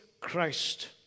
Christ